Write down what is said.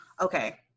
Okay